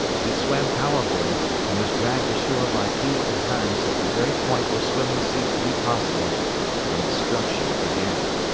he swam powerfully and was dragged ashore by pete and hans at the very point where swimming ceased to be possible and destruction began.